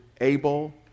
Abel